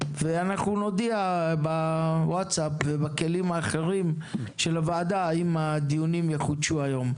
ונודיע בכלים של הוועדה האם הדיונים יחודשו היום.